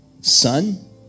Son